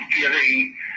giving